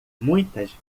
muitas